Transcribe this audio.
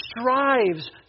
strives